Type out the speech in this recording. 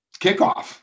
kickoff